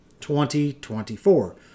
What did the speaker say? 2024